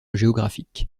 géographique